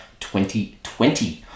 2020